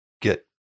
get